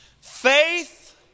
Faith